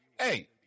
hey